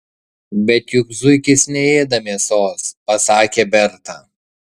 bet juk zuikis neėda mėsos pasakė berta